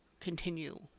continue